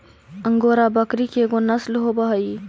angora बकरी के एगो नसल होवऽ हई